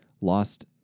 lost